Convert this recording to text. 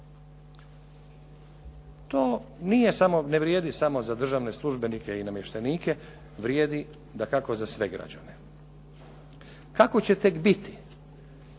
ne vrijedi samo za državne službenike i namještenike, vrijedi dakako za sve građane. Kako će tek biti